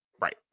Right